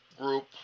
group